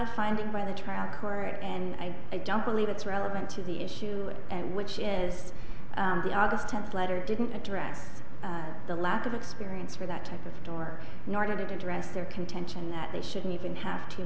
a finding by the trial court and i don't believe it's relevant to the issue which is the august tenth letter didn't address the lack of experience for that type of store in order to address their contention that they shouldn't even have to